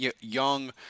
young